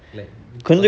like